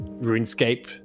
RuneScape